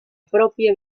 propia